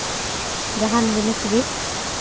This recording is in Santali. ᱡᱟᱦᱟᱱ ᱡᱤᱱᱤᱥ ᱜᱮ